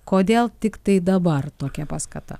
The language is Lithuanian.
kodėl tiktai dabar tokia paskata